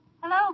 Hello